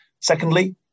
Secondly